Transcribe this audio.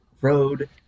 road